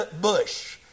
bush